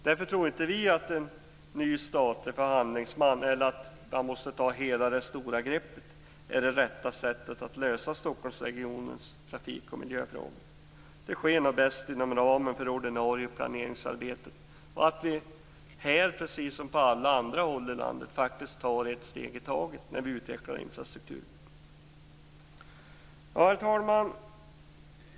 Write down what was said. Därför tror vi inte att en ny statlig förhandlingsman eller detta att man måste ta hela det stora greppet är det rätta sättet att lösa Stockholmsregionens trafik och miljöfrågor. Det sker nog bäst inom ramen för ordinarie planeringsarbete och genom att vi här, precis som på många andra håll i landet, tar ett steg i taget när vi utvecklar infrastruktur.